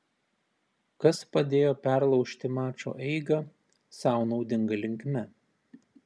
kas padėjo perlaužti mačo eigą sau naudinga linkme